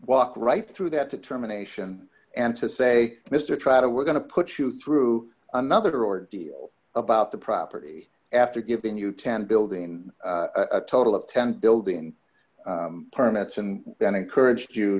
walk right through that determination and to say mister trotter we're going to put you through another or deal about the property after giving you ten building a total of ten building permits and then encouraged you